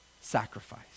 sacrifice